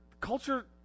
culture